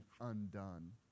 undone